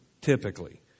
typically